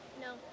No